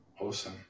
Awesome